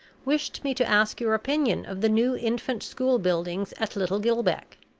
wished me to ask your opinion of the new infant school buildings at little gill beck.